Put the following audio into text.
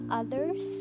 others